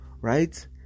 right